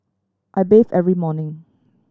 I bathe every morning